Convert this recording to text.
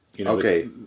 Okay